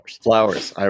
flowers